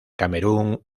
camerún